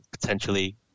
potentially